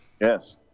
Yes